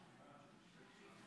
גברתי, עד שלוש דקות.